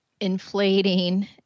inflating